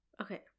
Okay